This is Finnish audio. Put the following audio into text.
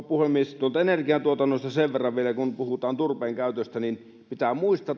puhemies energiantuotannosta sen verran vielä että kun puhutaan turpeen käytöstä niin pitää muistaa